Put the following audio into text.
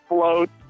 Float